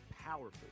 powerful